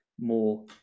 more